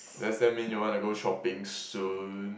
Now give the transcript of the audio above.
does that mean you wanna go shopping soon